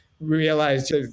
realized